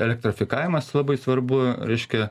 elektrifikavimas labai svarbu reiškia